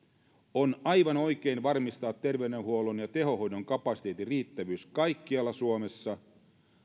on aivan oikein varmistaa terveydenhuollon ja tehohoidon kapasiteetin riittävyys kaikkialla suomessa